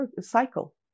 cycle